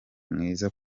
mwiza